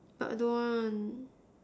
but I don't want